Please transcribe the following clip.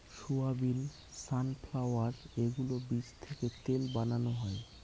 soybean, sunflower এগুলোর বীজ থেকে তেল বানানো হয়